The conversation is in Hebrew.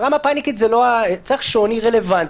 צריך שוני רלוונטי.